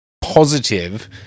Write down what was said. positive